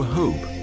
hope